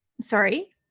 sorry